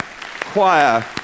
choir